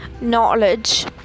knowledge